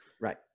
Right